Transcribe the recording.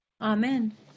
Amen